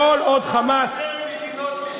כל עוד "חמאס" שתי מדינות לשני עמים,